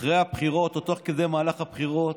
אחרי הבחירות, או תוך כדי מהלך הבחירות: